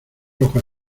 ojos